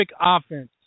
offense